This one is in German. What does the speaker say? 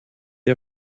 sie